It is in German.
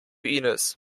inis